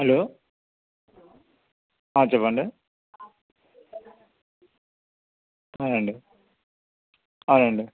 hello చెప్పండి అవునండి అవునండి